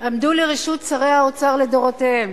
עמדו לרשות שרי האוצר לדורותיהם